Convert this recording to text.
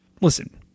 listen